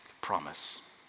Promise